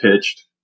pitched